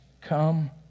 come